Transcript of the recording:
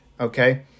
Okay